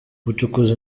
ubucukuzi